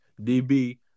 DB